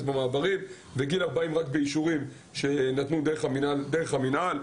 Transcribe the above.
במעברים וגיל 40 רק באישורים שנתנו דרך המינהל.